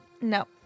No